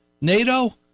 nato